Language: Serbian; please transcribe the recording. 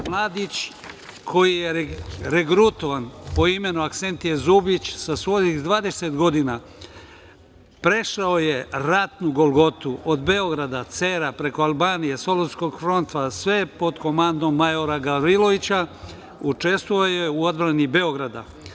Mladić koji je regrutovan po imenu Aksentije Zubić, sa svojih 20 godina prešao je ratnu golgotu od Beograda, Cera, preko Albanije, Solunskog fronta, sve pod komandom majora Gavrilovića, učestvovao je u odbrani Beograda.